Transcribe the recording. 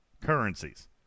currencies